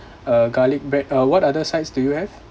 uh garlic bread uh what other sides do you have